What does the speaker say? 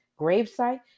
gravesite